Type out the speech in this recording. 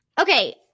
Okay